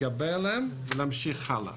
להתגבר עליהם ולהמשיך הלאה.